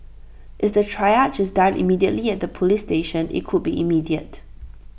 is the triage is done immediately at the Police station IT could be immediate